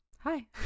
Hi